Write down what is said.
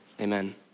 amen